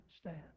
stand